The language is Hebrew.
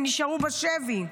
הם נשארו בשבי.